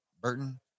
Burton